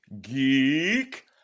Geek